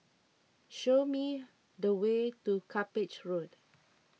show me the way to Cuppage Road